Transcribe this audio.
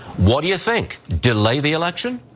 what do you think, delay the election?